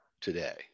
today